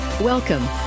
Welcome